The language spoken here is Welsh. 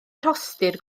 rhostir